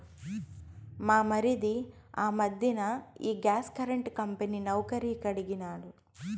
మా మరిది ఆ మధ్దెన ఈ గ్యాస్ కరెంటు కంపెనీ నౌకరీ కడిగినాడు